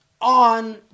on